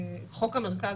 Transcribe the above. חוק המרכז,